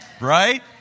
Right